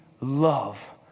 love